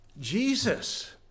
Jesus